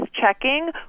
checking